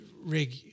rig